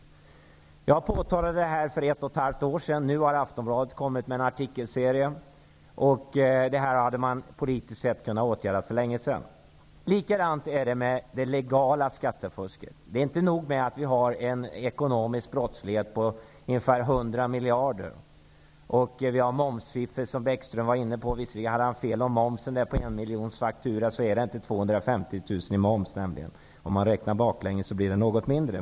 Jag påtalade detta för ett och ett halvt år sedan. Nu har Aftonbladet kommit med en artikelserie. Detta hade man politiskt kunnat ågärda för länge sedan. Likadant är det med det legala skattefusket. Det är inte nog med att vi har en ekonomisk brottslighet på ca 100 miljarder. Vi har också ett momsfiffel, vilket Lars Bäckström berörde. Visserligen hade han fel i fråga om momsen. På en miljonfaktura är den inte 250 000 kronor. Om man räknar baklänges blir momsen något mindre.